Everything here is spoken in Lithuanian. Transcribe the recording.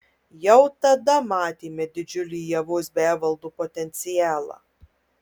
jau tada matėme didžiulį ievos bei evaldo potencialą